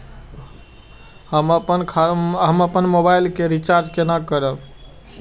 हम आपन मोबाइल के रिचार्ज केना करिए?